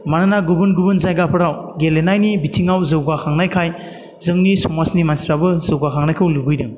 मानोना गुबुन गुबुन जायगाफोराव गेलेनायनि बिथिङाव जौगाखांनायखाय जोंनि समाजनि मानसिफ्राबो जौगाखांनायखौ लुबैदों